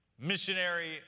missionary